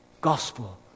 gospel